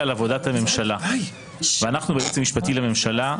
על עבודת הממשלה ואנחנו בייעוץ המשפטי לממשלה,